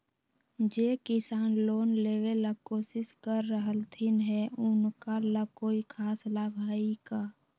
जे किसान लोन लेबे ला कोसिस कर रहलथिन हे उनका ला कोई खास लाभ हइ का?